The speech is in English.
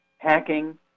hacking